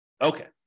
Okay